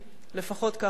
לפחות כך אני,